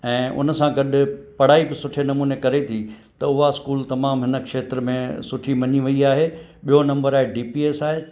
ऐं उन सां गॾु पढ़ाई बि सुठे नमूने करे थी त उहा स्कूल तमामु इन खेत्र में सुठी मनी वई आहे ॿियो नंबर आहे डीपीएस आहे